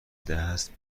دست